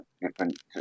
different